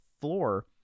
floor